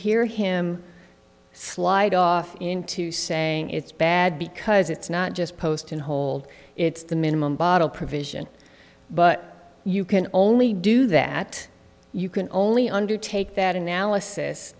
hear him slide off into saying it's bad because it's not just post and hold it's the minimum bottle provision but you can only do that you can only undertake that analysis